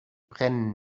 brennen